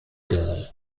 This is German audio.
girl